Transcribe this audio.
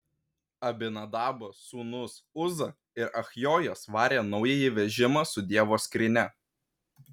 abinadabo sūnūs uza ir achjojas varė naująjį vežimą su dievo skrynia